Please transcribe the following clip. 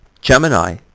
Gemini